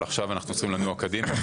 אבל עכשיו אנחנו צריכים לנוע קדימה.